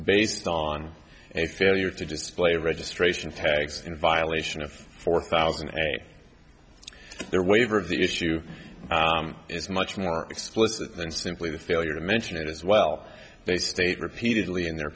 based on a failure to display registration tags in violation of four thousand and eight their waiver of the issue is much more explicit than simply the failure to mention it as well they state repeatedly in their